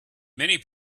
many